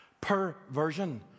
Perversion